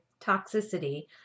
toxicity